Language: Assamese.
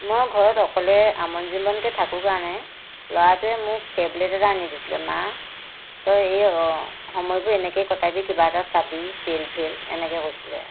মই ঘৰত অকলে আমন জিমনকৈ থাকোঁ কাৰণে ল'ৰাটোৱে মোক টেবলেত এটা আনি দিছিলে মা তই এই সময়বোৰ এনেকৈয়ে কটাবি কিবা এটা চাবি চিৰিয়েল ফিৰিয়েল এনেকৈ কৈছিলে